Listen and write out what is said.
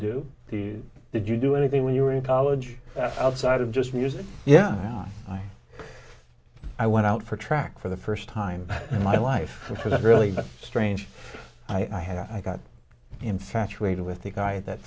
do the did you do anything when you were in college outside of just music yeah i went out for track for the first time in my life so that really strange i had i got infatuated with the guy that